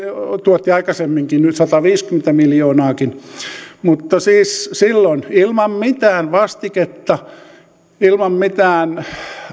tuotti aikaisemminkin sadanviidenkymmenen miljoonaakin mutta siis silloin ilman mitään vastiketta ilman mitään